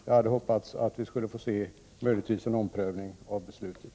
Jag hade hoppats att vi möjligtvis skulle få se en omprövning av beslutet.